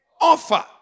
offer